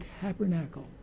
tabernacle